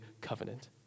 covenant